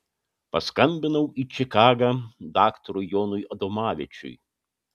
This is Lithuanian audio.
paskambinau į čikagą daktarui jonui adomavičiui